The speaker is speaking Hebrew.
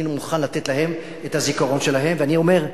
אני מוכן לתת להם את הזיכרון שלהם, ואני אומר: